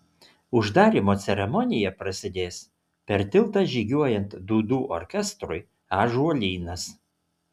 uždarymo ceremonija prasidės per tiltą žygiuojant dūdų orkestrui ąžuolynas